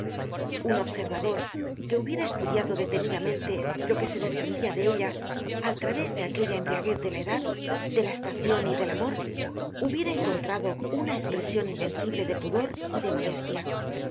un observador que hubiera estudiado detenidamente lo que se desprendia de ella al través de aquella embriaguez de la edad de la estacion y del amor hubiera encontrado una espresion invencible de pudor y de modestia